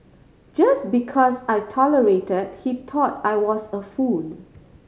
just because I tolerated he thought I was a fool